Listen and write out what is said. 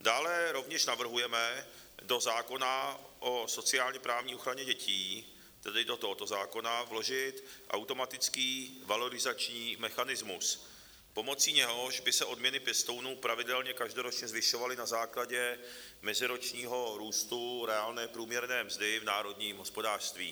Dále rovněž navrhujeme do zákona o sociálněprávní ochraně dětí, tedy do tohoto zákona, vložit automatický valorizační mechanismus, pomocí něhož by se odměny pěstounů pravidelně každoročně zvyšovaly na základě meziročního růstu reálné průměrné mzdy v národním hospodářství.